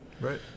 Right